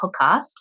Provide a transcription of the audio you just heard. podcast